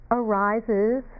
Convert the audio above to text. arises